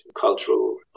cultural